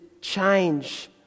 change